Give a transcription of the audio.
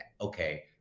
Okay